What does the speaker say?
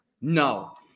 No